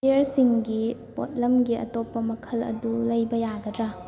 ꯕꯤꯌꯔꯁꯤꯡꯒꯤ ꯄꯣꯠꯂꯝꯒꯤ ꯑꯇꯣꯞꯄ ꯃꯈꯜ ꯑꯗꯨ ꯂꯩꯕ ꯌꯥꯒꯗ꯭ꯔꯥ